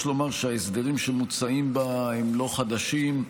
יש לומר שההסדרים שמוצעים בה הם לא חדשים,